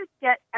get